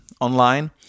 online